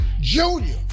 Junior